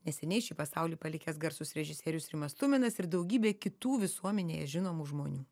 neseniai šį pasaulį palikęs garsus režisierius rimas tuminas ir daugybė kitų visuomenėje žinomų žmonių